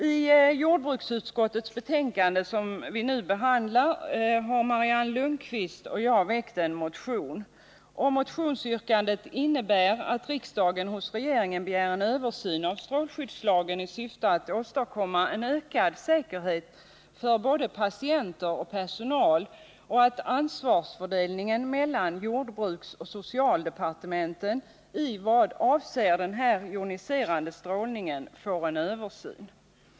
I det betänkande från jordbruksutskottet som vi nu diskuterar behandlas en motion väckt av Marianne Lundqvist och mig, där vi yrkar att riksdagen hos regeringen skall begära en översyn av strålskyddslagen i syfte att åstadkomma ökad säkerhet för både patienter och personal och att ansvarsfördelningen mellan jordbruksoch socialdepartementet i vad avser joniserande strålning ses över.